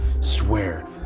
Swear